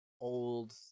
old